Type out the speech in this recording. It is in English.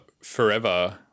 forever